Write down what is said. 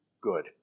good